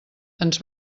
ens